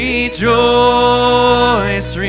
Rejoice